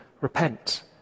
Repent